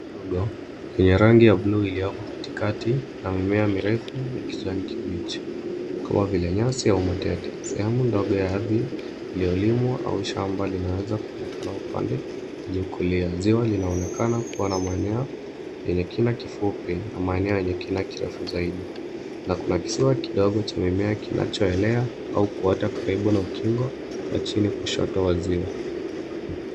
Ziwa ndogo ya rangi ya buluu iliyo katikati ya mimea mirefu ya kijani kibichi kama vile nyasi au matete. Sehemu ndogo ya ardhi, iliyolimwa au shamba linaanza kuonekana upande wa ziwa kulia. Ziwa linaonekana kuwa na mweneo yenye kina kifupi na maeneo yenye kina kirefu zaidi na kuna kisiwa kidogo cha mimea kinachoelea au kuwata karibu na ukingo wa chini kushoto wa ziwa.